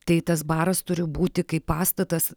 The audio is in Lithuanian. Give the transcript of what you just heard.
tai tas baras turi būti kaip pastatas